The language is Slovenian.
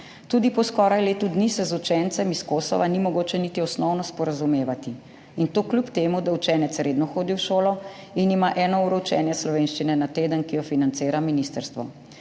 Tudi po skoraj letu dni se z učencem s Kosova ni mogoče niti osnovno sporazumevati – in to kljub temu da učenec redno hodi v šolo in ima eno uro učenja slovenščine na teden, ki jo financira ministrstvo.